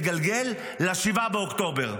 התגלגל ל-7 באוקטובר.